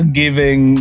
giving